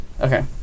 Okay